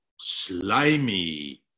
slimy